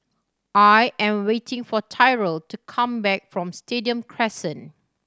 I am waiting for Tyrel to come back from Stadium Crescent